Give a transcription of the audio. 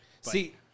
See